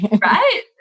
right